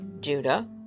Judah